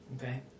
Okay